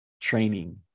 training